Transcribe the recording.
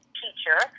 teacher